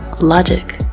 Logic